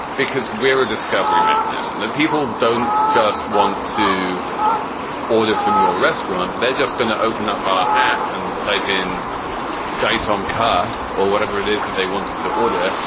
because we're a discovery mechanism that people don't just want to order from your restaurant. they're just going to open up our app and type in gaitonde car or whatever it is that they wanted to order.